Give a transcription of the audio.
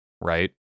right